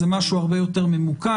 זה משהו הרבה יותר ממוקד.